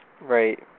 Right